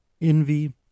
envy